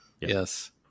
Yes